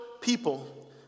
people